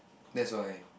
that's why